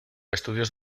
estudios